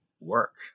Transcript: work